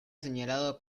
señalado